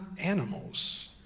animals